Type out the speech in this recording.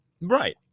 right